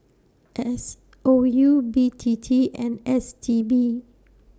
S O U B T T and S T B